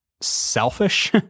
selfish